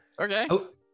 Okay